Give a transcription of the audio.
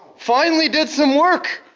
finally did some work,